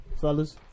fellas